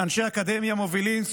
אנשי אקדמיה מובילים,